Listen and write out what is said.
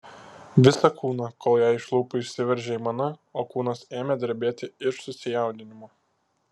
visą kūną kol jai iš lūpų išsiveržė aimana o kūnas ėmė drebėti iš susijaudinimo